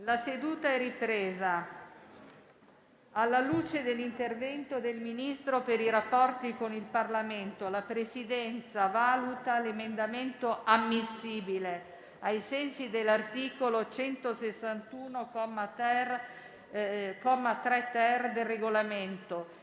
La seduta è ripresa. Alla luce dell'intervento del Ministro per i rapporti con il Parlamento, la Presidenza valuta l'emendamento ammissibile ai sensi dell'articolo 161, comma 3-*ter*, del Regolamento,